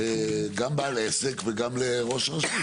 גם לבעל עסק וגם לראש רשות,